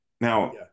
now